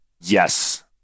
Yes